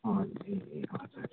हजुर ए हजुर